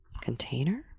container